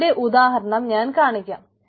അതിന്റെ ഉദാഹരണം ഞാൻ കാണിക്കാം